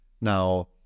Now